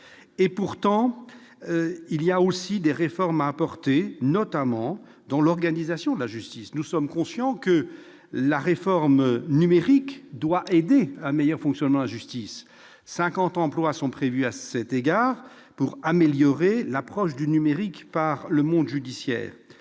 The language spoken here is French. engager certaines réformes, notamment dans l'organisation de la justice. Nous sommes conscients que la réforme numérique doit aider à un meilleur fonctionnement de la justice. Cinquante emplois sont prévus à cet égard, pour améliorer l'approche du numérique par le monde judiciaire.